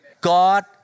God